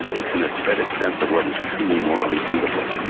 and it's an aesthetic sense of what is truly, morally beautiful.